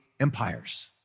empires